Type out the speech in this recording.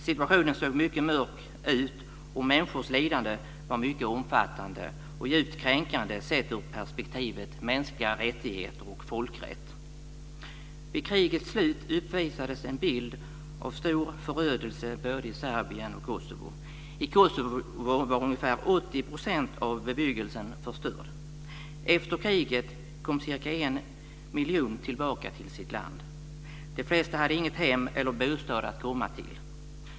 Situationen såg mycket mörk ut, och människors lidande var mycket omfattande och djupt kränkande sett ur perspektivet mänskliga rättigheter och folkrätt. Vid krigets slut uppvisades en bild av stor förödelse i både Serbien och Kosovo. I Kosovo var ungefär 80 % av bebyggelsen förstörd. Efter kriget kom ca 1 miljon människor tillbaka till sitt land. De flesta hade inget hem eller bostad att komma till.